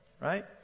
right